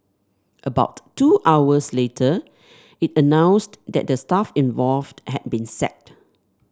about two hours later it announced that the staff involved had been sacked